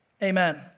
Amen